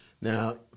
Now